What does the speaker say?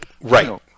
Right